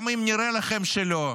גם אם נראה לכם שלא,